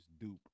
Dupe